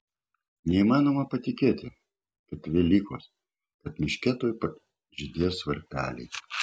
neįmanoma patikėti kad velykos kad miške tuoj žydės varpeliai